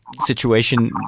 situation